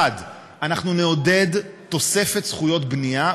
1. אנחנו נעודד תוספת זכויות בנייה,